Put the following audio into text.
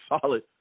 solid